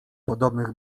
podobnych